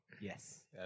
Yes